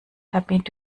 damit